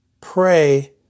pray